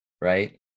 right